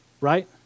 right